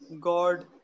God